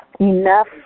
Enough